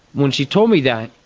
when she told me that,